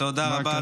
תודה רבה.